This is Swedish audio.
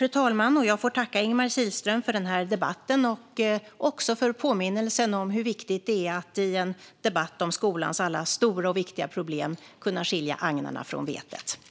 Fru talman! Jag får tacka Ingemar Kihlström för den här debatten och också för påminnelsen om hur viktigt det är att i en debatt om skolans alla stora och viktiga problem kunna skilja agnarna från vetet.